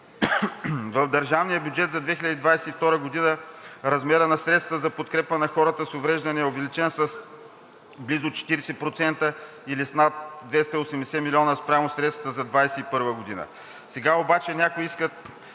В държавния бюджет за 2022 г. размерът на средствата за подкрепа на хората с увреждания е увеличен с близо 40% или с над 280 млн. лв. спрямо средствата за 2021 г. Сега обаче някои искат,